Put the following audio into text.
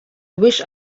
wish